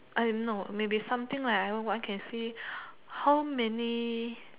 I no maybe something like everyone can see how many